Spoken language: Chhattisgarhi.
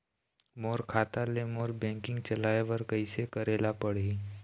मोर खाता ले मोर बैंकिंग चलाए बर कइसे करेला पढ़ही?